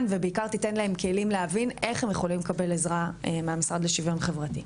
ובעיקר שתיתן להם כלים איך הם יכולים לקבל עזרה מהמשרד לשוויון חברתי.